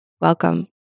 Welcome